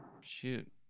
Shoot